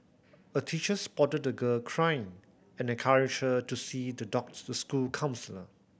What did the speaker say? a teacher spotted the girl crying and encouraged her to see the school counsellor